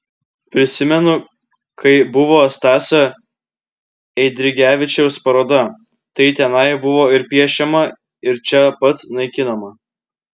prisimenu kai buvo stasio eidrigevičiaus paroda tai tenai buvo ir piešiama ir čia pat naikinama